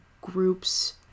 groups